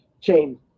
chain